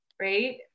right